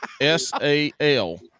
S-A-L